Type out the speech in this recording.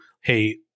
hey